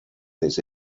this